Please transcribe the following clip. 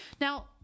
now